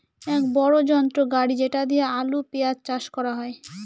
এক বড়ো যন্ত্র গাড়ি যেটা দিয়ে আলু, পেঁয়াজ চাষ করা হয়